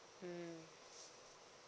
mmhmm